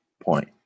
point